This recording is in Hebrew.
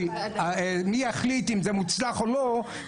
מי יחליט אם זה מוצלח או לא,